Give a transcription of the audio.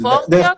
אלה הפרופורציות?